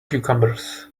cucumbers